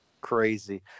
Crazy